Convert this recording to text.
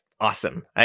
awesome